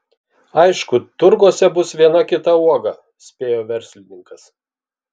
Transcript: aišku turguose bus viena kita uoga spėjo verslininkas